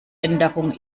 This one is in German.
änderung